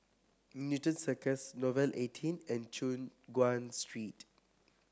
Newton Cirus Nouvel eighteen and Choon Guan Street